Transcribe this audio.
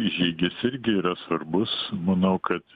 žygis irgi yra svarbus manau kad